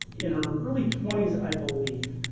in her early twenty s, i believe.